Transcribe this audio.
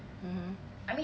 mmhmm